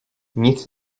nic